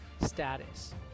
status